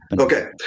okay